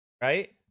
Right